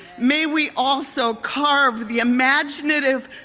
may we also carve the imagineative